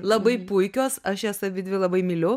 labai puikios aš jas abidvi labai myliu